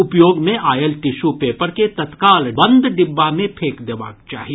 उपयोग मे आयल टिश्यू पेपर के तत्काल बंद डिब्बा मे फेंक देबाक चाही